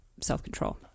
self-control